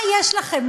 מה יש לכם?